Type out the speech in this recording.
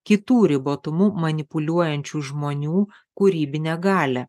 kitų ribotumu manipuliuojančių žmonių kūrybinę galią